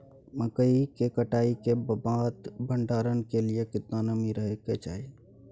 मकई के कटाई के बाद भंडारन के लिए केतना नमी रहै के चाही?